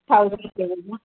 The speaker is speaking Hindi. थौजेंड ले लीजिए